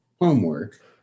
homework